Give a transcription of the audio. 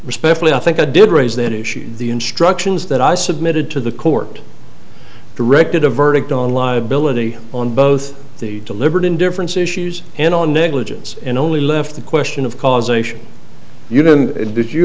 respectfully i think i did raise that issue the instructions that i submitted to the court directed a verdict on liability on both the deliberate indifference issues and on negligence in only left the question of causation